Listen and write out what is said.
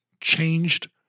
changed